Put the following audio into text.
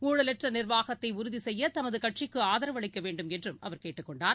ஊழலற்றநிர்வாகத்தைஉறுதிசெய்யதமதுகட்சிக்குஆதரவு அளிக்கவேண்டும் என்றும் அவர் கேட்டுக் கொண்டார்